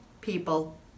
people